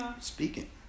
Speaking